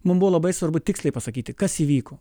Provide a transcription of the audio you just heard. mums buvo labai svarbu tiksliai pasakyti kas įvyko